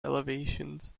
elevations